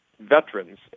veterans